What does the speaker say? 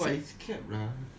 all the way until six